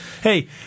Hey